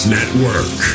Network